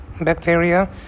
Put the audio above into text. bacteria